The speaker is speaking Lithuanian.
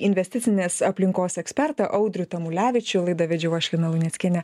investicinės aplinkos ekspertą audrių tamulevičių laidą vedžiau aš lina luneckienė